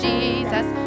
Jesus